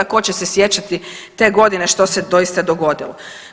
Tko će se sjećati te godine što se doista dogodilo.